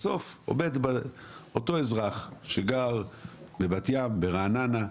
בסוף עומד אותו אזרח שגר בבת ים, ברעננה,